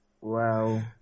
Wow